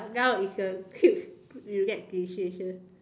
now is a huge you make decision